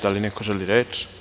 Da li neko želi reč?